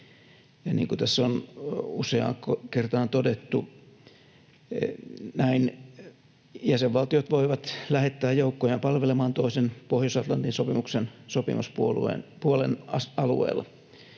Niin kuin tässä on useaan kertaan todettu, näin jäsenvaltiot voivat lähettää joukkojaan palvelemaan toisen Pohjois-Atlantin sopimuksen sopimuspuolen alueella.